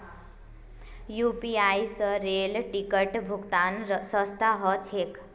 UPI स rail ticket भुक्तान सस्ता ह छेक